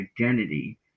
identity